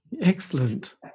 Excellent